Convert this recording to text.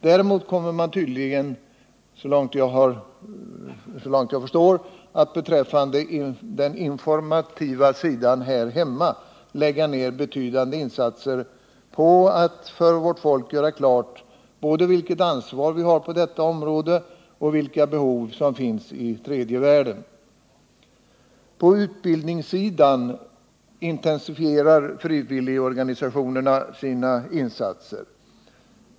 Däremot kommer man tydligen, såvitt jag förstår, att 2 maj 1979 beträffande den informativa sidan här hemma lägga ned betydande insatser på att för vårt folk göra klart både vilket ansvar vi har på detta område och vilka behov som finns i tredje världen. På utbildningssidan intensifierar frivilligorganisationerna sina insatser.